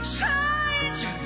Change